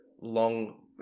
long